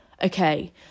Okay